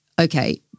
okay